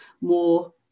more